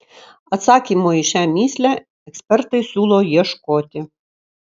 atsakymo į šią mįslę ekspertai siūlo ieškoti